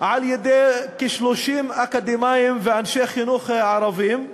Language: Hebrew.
על-ידי כ-30 אקדמאים ואנשי חינוך ערבים.